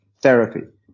therapy